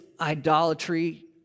idolatry